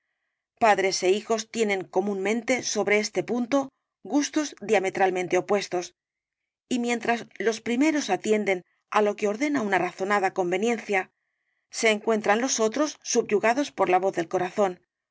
padres é hijos tienen comúnmente sobre este punto gustos diametralmente opuestos y mientras los primeros atienden á lo que ordena una razonada conveniencia se encuentran los otros subyugados por la voz del corazón